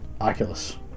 Oculus